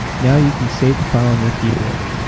now, you can save the file on your keyboard,